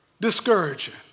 discouraging